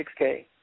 6K